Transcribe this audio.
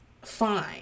fine